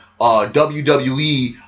WWE